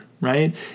right